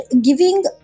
giving